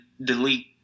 delete